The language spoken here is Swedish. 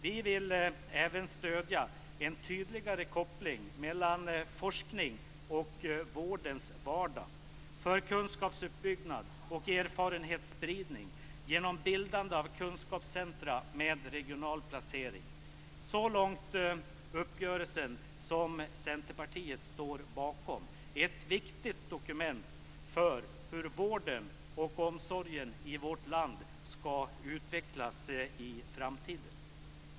Vi vill även stödja en tydligare koppling mellan forskning och vårdens vardag, för kunskapsuppbyggnad och erfarenhetsspridning genom bildande av kunskapscentrum med regional placering. Så långt uppgörelsen som Centerpartiet står bakom. Den är ett viktigt dokument för hur vården och omsorgen i vårt land skall utvecklas i framtiden.